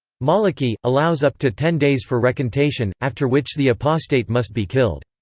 maliki allows up to ten days for recantation, after which the apostate must be killed.